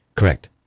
Correct